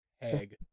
Hag